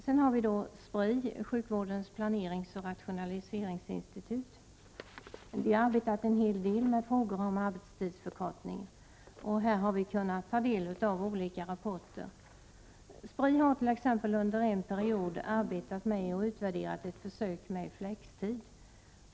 Spri, sjukvårdens och socialvårdens planeringsoch rationaliseringsinstitut, har arbetat en hel del med frågor om arbetstidsförkortning, och vi har kunnat ta del av olika rapporter. Spri har t.ex. under en period arbetat med och utvärderat ett försök med flextid.